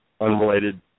unrelated